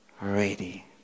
ready